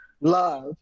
love